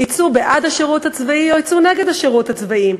יצאו בעד השירות הצבאי או יצאו נגד השירות הצבאי?